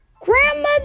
grandmother